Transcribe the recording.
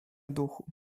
duchu